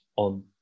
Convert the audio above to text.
On